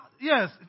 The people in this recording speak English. yes